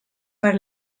per